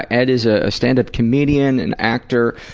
ed is a stand-up comedian, an actor,